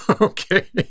Okay